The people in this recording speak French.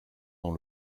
dans